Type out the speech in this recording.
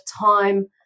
time